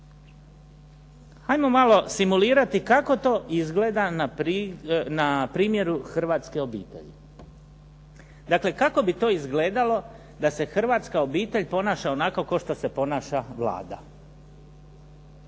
Ajmo malo simulirati kako to izgleda na primjeru hrvatske obitelji. Dakle, kako bi to izgledalo da se hrvatska obitelj ponaša onako kao što se ponaša Vlada.